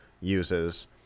uses